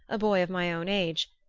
a boy of my own age,